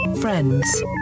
Friends